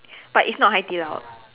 but it's not Hai-Di-Lao